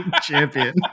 champion